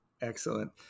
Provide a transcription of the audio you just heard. Excellent